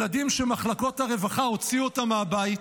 ילדים שמחלקות הרווחה הוציאו אותם מהבית